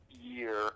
year